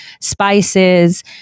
spices